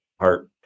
heart